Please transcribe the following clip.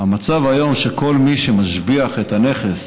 המצב כיום הוא שכל מי שמשביח את הנכס